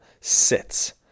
sits